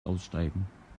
aussteigen